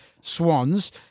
Swans